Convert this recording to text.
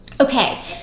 Okay